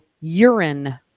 urine